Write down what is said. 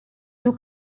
two